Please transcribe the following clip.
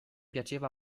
piaceva